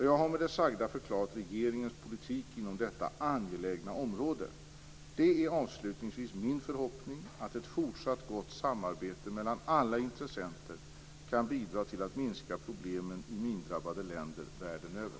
Jag har med det sagda förklarat regeringens politik inom detta angelägna område. Det är avslutningsvis min förhoppning att ett fortsatt gott samarbete mellan alla intressenter kan bidra till att minska problemen i mindrabbade länder världen över.